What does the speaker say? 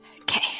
Okay